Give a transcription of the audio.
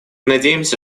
надеемся